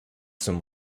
zum